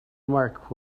remark